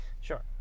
Sure